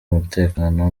umutekano